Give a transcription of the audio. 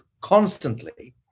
constantly